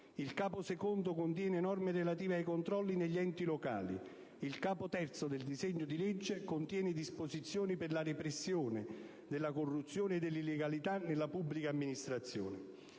Il Capo II contiene norme relative ai controlli negli enti locali. Il capo III del disegno di legge contiene disposizioni per la repressione della corruzione e dell'illegalità nella pubblica amministrazione.